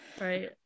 Right